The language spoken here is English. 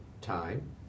time